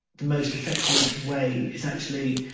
the most effective way is actually